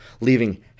leaving